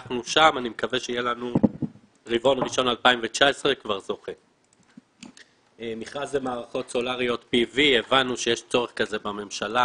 אנחנו שם ואני מקווה שיהיה לנו כבר ברבעון ראשון של 2019. מכרז למערכות סולריות PV. הבנו שיש צורך כזה בממשלה.